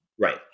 Right